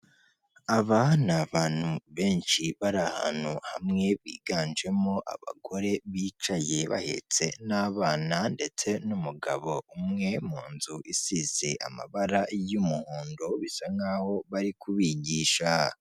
Aba ni abantu benshi bari ahantu hamwe biganjemo abagore bicaye bahetse n'abana ndetse n'umugabo umwe mu nzu isize amabara y'umuhondo bisa nk'aho bari kubigisha.